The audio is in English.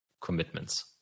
commitments